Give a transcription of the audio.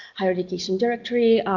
higher education directory,